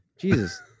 Jesus